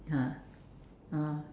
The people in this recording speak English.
ah oh